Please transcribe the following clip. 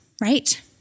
right